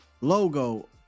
logo